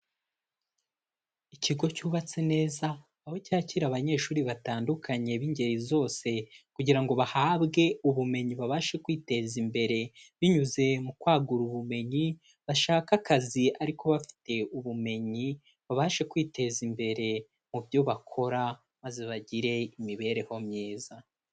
Ikigo cyubatse neza, aho cyakira abanyeshuri batandukanye b'ingeri zose kugira ngo bahabwe ubumenyi babashe kwiteza imbere. Binyuze mu kwagura ubumenyi bashake akazi ariko bafite ubumenyi, babashe kwiteza imbere mu byo bakora maze bagire imibereho myiza.